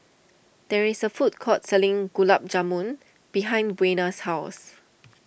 there is a food court selling Gulab Jamun behind Buena's house